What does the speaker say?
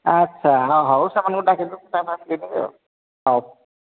ଆଚ୍ଛା ହଁ ହେଉ ସେମାନଙ୍କୁ ଡାକିଦେବେ ଚାହା ଫା ପିଇଦେବେ ଆଉ ହେଉ